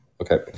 Okay